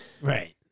Right